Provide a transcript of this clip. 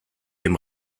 dem